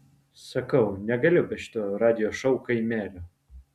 sakau negaliu be šito radijo šou kaimelio